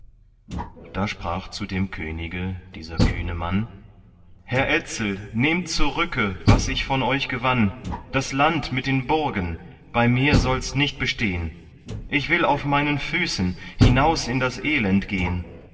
da sprach zu dem könige dieser kühne mann herr etzel nehmt zurücke was ich von euch gewann das land mit den burgen bei mir soll nichts bestehn ich will auf meinen füßen hinaus in das elend gehn